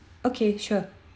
okay sure